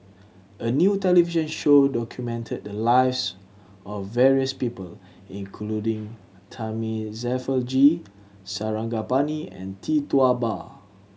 a new television show documented the lives of various people including Thamizhavel G Sarangapani and Tee Tua Ba